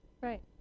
Right